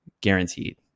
guaranteed